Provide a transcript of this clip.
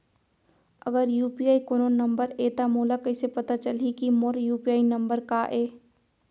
अगर यू.पी.आई कोनो नंबर ये त मोला कइसे पता चलही कि मोर यू.पी.आई नंबर का ये?